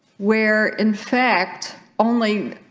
where in fact only